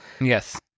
Yes